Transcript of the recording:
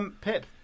Pip